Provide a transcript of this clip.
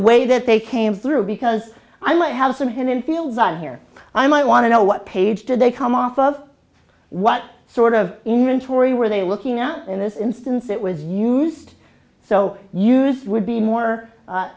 way that they came through because i might have some hidden fields on here i might want to know what page did they come off of what sort of inventory were they looking at in this instance it was used so use would be more